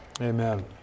Amen